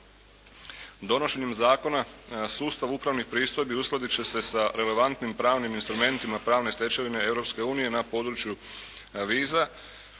Donošenjem zakona sustav upravnih pristojbi uskladiti će se sa relevantnim pravnim instrumentima pravne stečevine Europske unije na području viza.